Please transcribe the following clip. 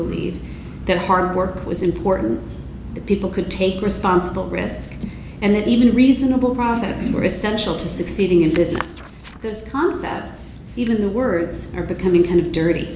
believe that hard work was important that people could take responsible risk and that even reasonable profits were essential to succeeding in business this concept even the words are becoming kind of dirty